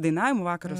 dainavimo vakaras